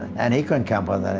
and he couldn't come